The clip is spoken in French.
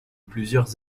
plusieurs